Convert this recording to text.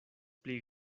pli